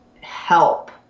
help